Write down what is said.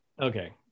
okay